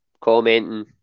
commenting